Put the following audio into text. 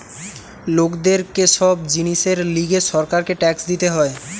লোকদের কে সব জিনিসের লিগে সরকারকে ট্যাক্স দিতে হয়